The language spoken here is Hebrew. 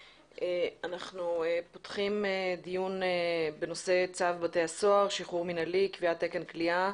אנחנו פותחים דיון בנושא צו בתי הסוהר (שחרור מנהלי) (קביעת תקן כליאה).